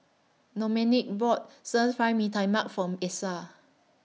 Domenick bought Stir Fry Mee Tai Mak For Essa